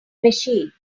machine